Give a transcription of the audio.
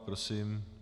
Prosím.